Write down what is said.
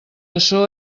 açò